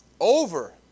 Over